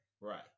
Right